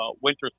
winter